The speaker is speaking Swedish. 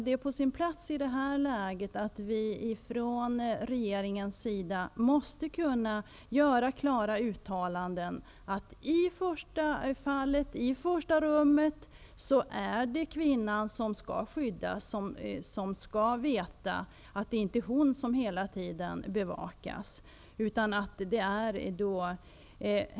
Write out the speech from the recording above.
Det är på sin plats att regeringen gör klara uttalanden att det i första rummet är kvinnan som skall skyddas. Hon skall veta att det inte är hon som skall bevakas hela tiden.